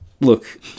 Look